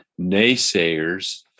naysayers